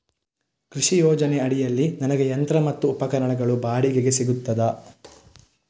ಕೃಷಿ ಯೋಜನೆ ಅಡಿಯಲ್ಲಿ ನನಗೆ ಯಂತ್ರ ಮತ್ತು ಉಪಕರಣಗಳು ಬಾಡಿಗೆಗೆ ಸಿಗುತ್ತದಾ?